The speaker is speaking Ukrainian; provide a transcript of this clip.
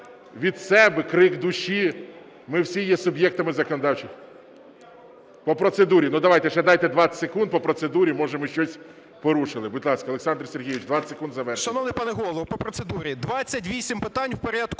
від себе, крик душі, ми всі є суб'єктами законодавчої… По процедурі. Давайте, ще дайте 20 секунд по процедурі, може, ми щось порушили. Будь ласка, Олександр Сергійович, 20 секунд завершити. 13:18:42 КОЛТУНОВИЧ О.С. Шановний пане Голово, по процедурі. 28 питань в порядку